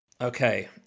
Okay